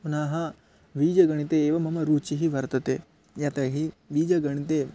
पुनः बीजगणिते एव मम रुचिः वर्तते यतो हि बीजगणिते